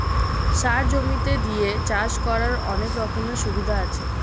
সার জমিতে দিয়ে চাষ করার অনেক রকমের সুবিধা আছে